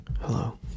Hello